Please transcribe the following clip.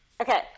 Okay